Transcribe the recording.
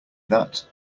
that